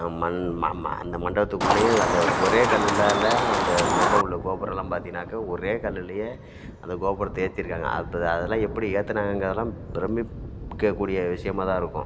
மண் ஆமாம் அந்த மண்டபத்துக்குள்ளேயே அந்த ஒரே கல்லுலால் அந்த மேலே உள்ள கோபுரமெல்லாம் பார்த்தீங்கன்னாக்கா ஒரே கல்லிலேயே அந்த கோபுரத்தை ஏற்றிருக்காங்க அது அதெல்லாம் எப்படி ஏற்றினாங்கங்கிறதுலாம் பிரமிக்கக்கூடிய விஷயமாக தான் இருக்கும்